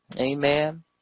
Amen